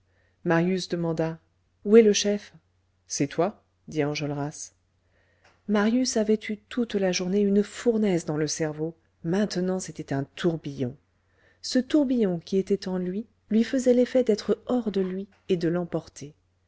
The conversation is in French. marius demanda où est le chef c'est toi dit enjolras marius avait eu toute la journée une fournaise dans le cerveau maintenant c'était un tourbillon ce tourbillon qui était en lui lui faisait l'effet d'être hors de lui et de l'emporter